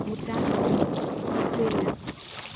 Bhutan Australia